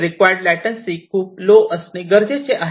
required latency खूप low असणे गरजेचे आहे